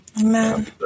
Amen